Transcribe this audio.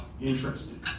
interested